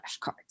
flashcards